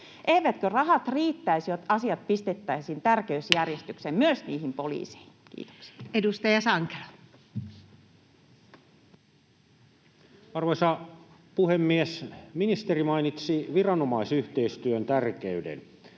Eivätkö rahat riittäisi, jos asiat pistettäisiin tärkeysjärjestykseen, myös niihin poliiseihin? — Kiitoksia. Edustaja Sankelo. Arvoisa puhemies! Ministeri mainitsi viranomaisyhteistyön tärkeyden